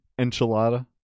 enchilada